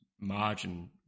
margin